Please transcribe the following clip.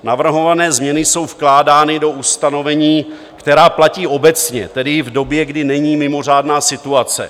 Navrhované změny jsou vkládány do ustanovení, která platí obecně, tedy i v době, kdy není mimořádná situace.